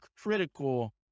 critical